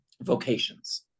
vocations